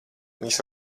viņš